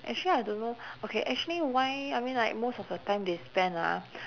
actually I don't know okay actually why I mean like most of the time they spend ah